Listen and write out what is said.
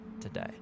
today